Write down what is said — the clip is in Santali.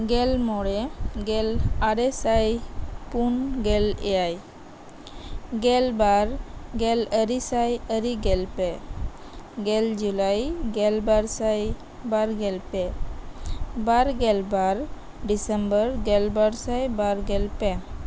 ᱜᱮᱞ ᱢᱚᱬᱮ ᱜᱮᱞ ᱟᱨᱮᱥᱟᱭ ᱯᱩᱱᱜᱮᱞ ᱮᱭᱟᱭ ᱜᱮᱞᱵᱟᱨ ᱜᱮᱞᱟᱨᱮ ᱥᱟᱭ ᱟᱨᱮ ᱜᱮᱞᱯᱮ ᱜᱮᱞ ᱡᱩᱞᱟᱭ ᱜᱮᱞ ᱵᱟᱨᱥᱟᱭ ᱵᱟᱨᱜᱮᱞ ᱯᱮ ᱵᱟᱨᱜᱮᱞ ᱵᱟᱨ ᱰᱤᱥᱮᱢᱵᱚᱨ ᱜᱮᱞᱵᱟᱨ ᱥᱟᱭ ᱵᱟᱨ ᱜᱮᱞ ᱯᱮ